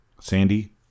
Sandy